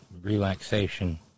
relaxation